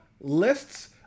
lists